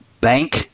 bank